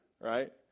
Right